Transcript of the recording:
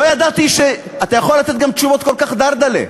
לא ידעתי שאתה יכול לתת גם תשובות כל כך "דרדלה".